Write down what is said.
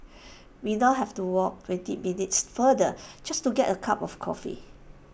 we now have to walk twenty minutes farther just to get A cup of coffee